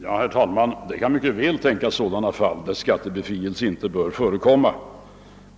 Herr talman! Det kan mycket väl tänkas sådana fall där skattebefrielse inte bör förekomma.